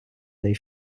dei